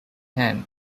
hand